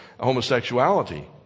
homosexuality